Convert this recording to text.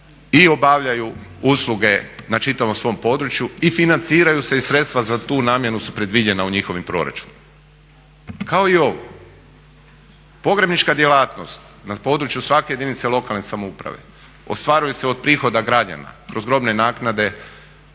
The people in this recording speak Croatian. i obavljaju usluge na čitavom svom području i financiraju se i sredstva za tu namjenu su predviđena u njihovom proračunu kao i ovo. Pogrebnička djelatnost na području svake jedinice lokalne samouprave ostvaruje se od prihoda građana kroz grobne naknade,